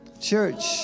Church